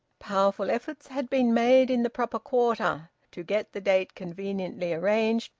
powerful efforts had been made in the proper quarter to get the date conveniently arranged,